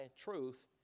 truth